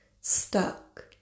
stuck